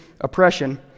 oppression